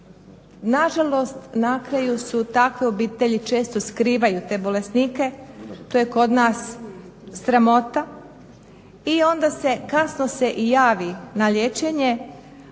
na žalost na kraju su takve obitelji često skrivaju takve bolesnike. To je kod nas sramota. I onda se kasno se i javi na liječenje,